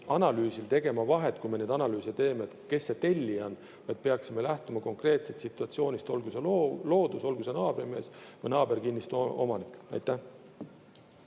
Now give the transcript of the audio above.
tegema vahet, kui me neid analüüse teeme, kes tellija on, vaid peaksime lähtuma konkreetsest situatsioonist, olgu see loodus, olgu see naabrimees või naaberkinnistu omanik. Peeter